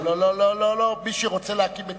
לא, לא, מי שרוצה להקים בית-ספר,